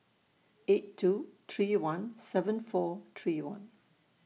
eight two three one seven four three one